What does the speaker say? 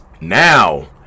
Now